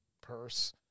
purse